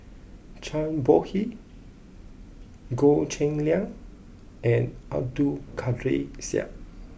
Zhang Bohe Goh Cheng Liang and Abdul Kadir Syed